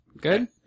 Good